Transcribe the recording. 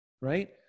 right